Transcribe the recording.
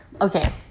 Okay